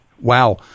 Wow